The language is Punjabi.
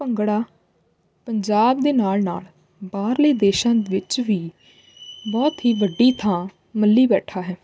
ਭੰਗੜਾ ਪੰਜਾਬ ਦੇ ਨਾਲ ਨਾਲ ਬਾਹਰਲੇ ਦੇਸ਼ਾਂ ਵਿੱਚ ਵੀ ਬਹੁਤ ਹੀ ਵੱਡੀ ਥਾਂ ਮੱਲੀ ਬੈਠਾ ਹੈ